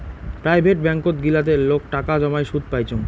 private ব্যাঙ্কত গিলাতে লোক টাকা জমাই সুদ পাইচুঙ